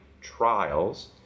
trials